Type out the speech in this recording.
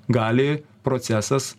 gali procesas